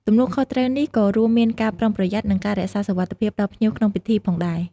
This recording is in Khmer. ទំនួលខុសត្រូវនេះក៏រួមមានការប្រុងប្រយ័ត្ន និងការរក្សាសុវត្ថិភាពដល់ភ្ញៀវក្នុងពិធីផងដែរ។